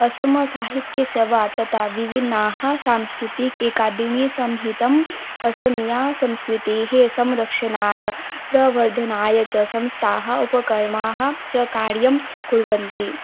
असमसाहित्यसभा तथा विभिन्नाः सांस्कृतिकम् एका डिमिसंहितं असमीयसंस्कृतेः संरक्षणाय प्रवर्धनाय च संस्थाः उपकर्म च कार्यं कुर्वन्ति